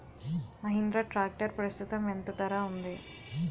Mahindra tractor ప్రస్తుతం ఎంత ధర ఉంది?